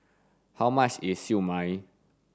how much is siew mai